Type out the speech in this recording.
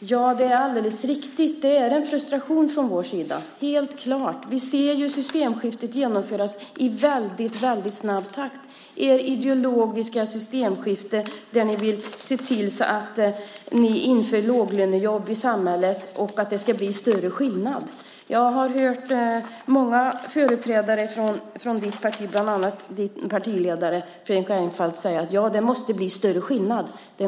Det är alldeles riktigt att det är en frustration från vår sida. Det är helt klart. Vi ser systemskiftet genomföras i väldigt snabb takt. Det är ett ideologiskt systemskifte där ni vill införa låglönejobb i samhället så att det ska bli större skillnad. Jag har vid ett antal tillfällen hört många företrädare för ditt parti, bland annat din partiledare Fredrik Reinfeldt, säga att det måste bli större skillnad.